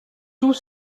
tous